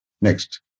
Next